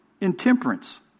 intemperance